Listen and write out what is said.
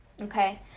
Okay